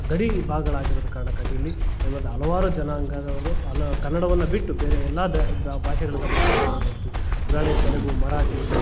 ಗಡಿ ಭಾಗಗಳಾಗಿರೋದ್ ಕಾರಣಕ್ಕಾಗಿ ಇಲ್ಲಿ ಈ ಒಂದು ಹಲವಾರು ಜನಾಂಗದವರು ಅಲ ಕನ್ನಡವನ್ನು ಬಿಟ್ಟು ಬೇರೆ ಎಲ್ಲ ದ ಭಾಷೆಗಳನ್ನ ಮಾತಾಡೋದನ್ನು ನೋಡ್ತೀವಿ ಉಧಾರ್ಣೆಗೆ ತೆಲುಗು ಮರಾಠಿ